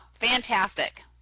fantastic